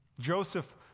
Joseph